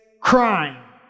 crime